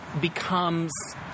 becomes